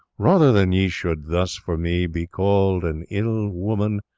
rather than ye should thus for me be called an ill woman,